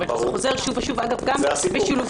זה חוזר שוב ושוב, זה הסיפור.